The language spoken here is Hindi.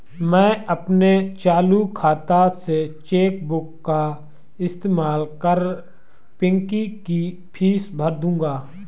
मैं अपने चालू खाता से चेक बुक का इस्तेमाल कर पिंकी की फीस भर दूंगा